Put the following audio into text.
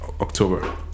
October